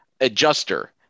adjuster